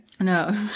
no